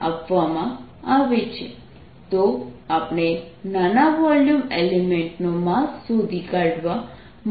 xyzρrθϕCx2|z| તો આપણે નાના વોલ્યુમ એલિમેન્ટનો માસ શોધી કાઢવા માંગીએ છીએ